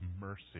mercy